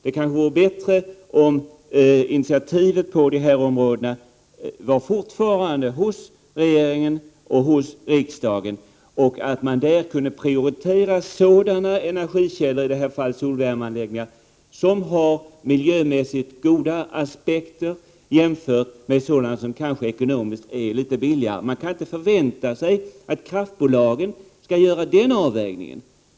Det vore nog bättre om initiativen på de här områdena fortfarande låg hos regering och riksdag och att man där kunde prioritera sådana energikällor — i det här fallet solvärmeanläggningar — som har miljömässigt goda effekter jämfört med sådana som kanske ekonomiskt är litet billigare. Man kan inte förvänta sig att kraftbolagen skall göra en sådan avvägning.